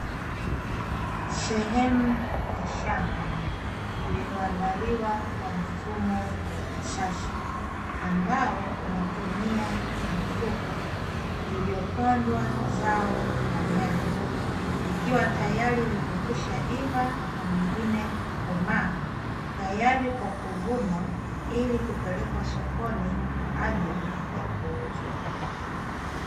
Sehemu ya shamba lililoandaliwa kwa mfumo wa kisasa ambao unatumia mifuko iliopandwa zao la nyanya, likiwa tayari limekwisha ivaa na mengine kukomaa tayari kwa kuvunwa ilikupeleka sokoni kwa ajili ya kuuzwa.